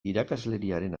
irakasleriaren